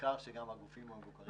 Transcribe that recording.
מה גם שהגופים המבוקרים לא נמצאים.